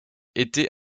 était